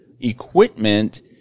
equipment